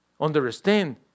understand